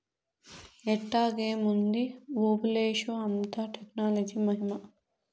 ఎట్టాగేముంది ఓబులేషు, అంతా టెక్నాలజీ మహిమా